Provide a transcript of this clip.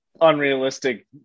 unrealistic